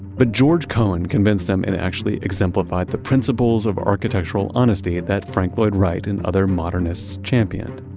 but george cohen convinced them and actually exemplified the principles of architectural honesty that frank lloyd wright and other modernists championed.